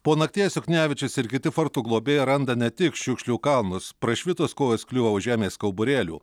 po nakties juknevičius ir kiti forto globėjai randa ne tik šiukšlių kalnus prašvitus kojos kliūva už žemės kauburėlių